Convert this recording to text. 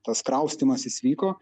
tas kraustymasis vyko